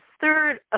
third